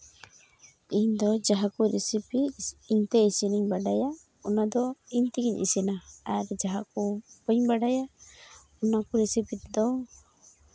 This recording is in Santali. ᱤᱧᱫᱚ ᱡᱟᱦᱟᱸ ᱠᱚ ᱨᱮᱥᱤᱯᱤ ᱤᱧᱛᱮ ᱤᱥᱤᱱᱤᱧ ᱵᱟᱲᱟᱭᱟ ᱚᱱᱟᱫᱚ ᱤᱧ ᱛᱮᱜᱤᱧ ᱤᱥᱤᱱᱟ ᱟᱨ ᱡᱟᱦᱟᱸ ᱠᱚ ᱵᱟᱹᱧ ᱵᱟᱲᱟᱭᱟ ᱚᱱᱟᱠᱚ ᱨᱮᱥᱤᱯᱤ ᱛᱮᱫᱚ